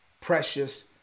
precious